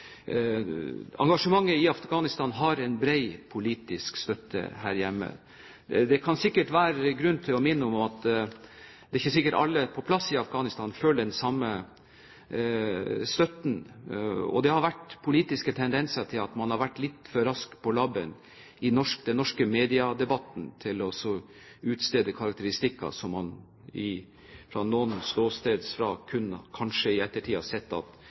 Engasjementet i Afghanistan har bred politisk støtte her hjemme. Det kan sikkert være grunn til å minne om at det er ikke sikkert alle på plass i Afghanistan føler den samme støtten. Det har vært politiske tendenser til at man har vært litt for rask på labben i den norske mediedebatten til å gi karakteristikker som man fra noens ståsted kanskje i ettertid kunne sett at